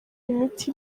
imiti